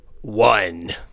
one